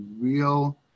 real